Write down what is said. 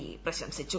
E പ്രശംസിച്ചു